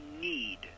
need